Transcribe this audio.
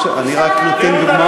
יש, חוק משאל עם, אני רק נותן דוגמאות.